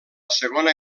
segona